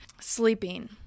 sleeping